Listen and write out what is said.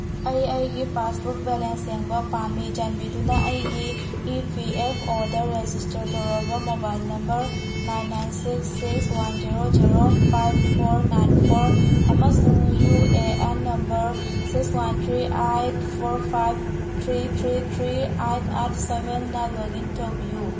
ꯑꯩ ꯑꯩꯒꯤ passbook balance ꯌꯦꯡꯕ ꯄꯥꯝꯃꯤ ꯆꯥꯟꯕꯤꯗꯨꯅ ꯑꯩꯒꯤ ꯏ ꯄꯤ ꯑꯦꯐ ꯑꯣꯗ ꯔꯦꯖꯤꯁꯇꯔ ꯇꯧꯔꯕ mobile number nine nine six six one zero zero five four nine four ꯑꯃꯁꯨꯡ U A N number six one three eight four five three three three eight eight ꯁꯕꯦꯟꯅ login ꯇꯧꯕꯤꯌꯨ